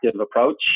approach